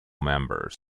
members